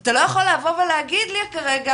אתה לא יכול לבוא ולהגיד לי כרגע,